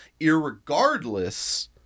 irregardless